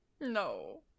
No